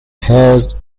has